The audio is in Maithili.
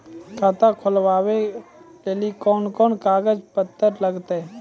खाता खोलबाबय लेली कोंन कोंन कागज पत्तर लगतै?